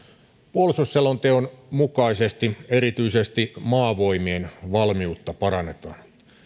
puolustusselonteon mukaisesti erityisesti maavoimien valmiutta parannetaan